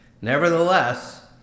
Nevertheless